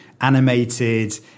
animated